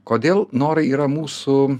kodėl norai yra mūsų